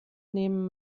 nehmen